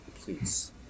Please